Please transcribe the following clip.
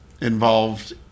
involved